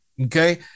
Okay